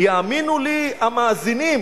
יאמינו לי המאזינים